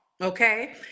okay